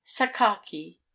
sakaki